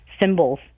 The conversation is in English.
symbols